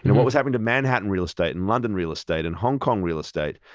and what was happening to manhattan real estate and london real estate and hong kong real estate,